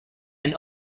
and